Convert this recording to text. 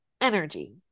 energy